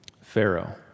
Pharaoh